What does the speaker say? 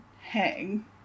hang